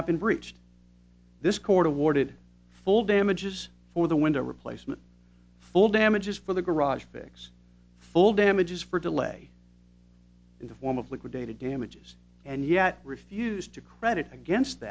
not been breached this court awarded full damages for the window replacement full damages for the garage fix full damages for delay in the form of liquidated damages and yet refused to credit against